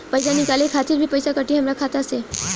पईसा निकाले खातिर भी पईसा कटी हमरा खाता से?